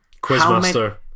Quizmaster